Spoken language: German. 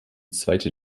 zweite